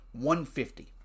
150